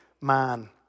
man